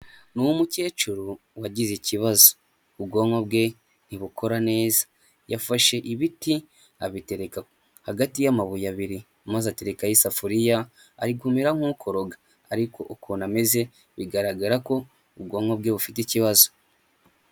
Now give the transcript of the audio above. Ni umukecuru wagize ikibazo, ubwonko bwe ntibukora neza, yafashe ibiti abitereka hagati y'amabuye abiri, maze aterekaho isafuriya, ari kumera nk'ukoroga, ariko ukuntu ameze bigaragara ko ubwonko bwe bufite ikibazo.